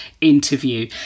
interview